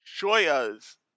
Shoya's